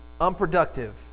unproductive